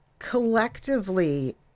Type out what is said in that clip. collectively